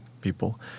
people